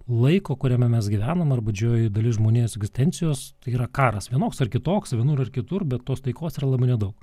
laiko kuriame mes gyvenam arba didžioji dalis žmonijos egzistencijos yra karas vienoks ar kitoks vienur ar kitur bet tos taikos yra labai nedaug